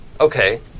Okay